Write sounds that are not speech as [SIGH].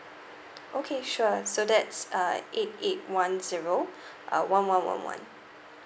okay sure so that's uh eight eight one zero [BREATH] uh one one one one